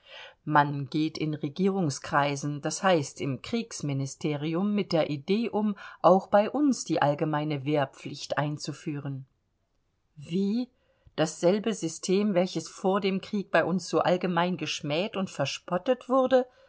man geht in regierungskreisen das heißt im kriegsministerum mit der idee um auch bei uns die allgemeine wehrpflicht einzuführen wie dasselbe system welches vor dem krieg bei uns so allgemein geschmäht und verspottet wurde